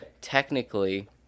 technically